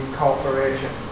corporation